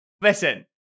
listen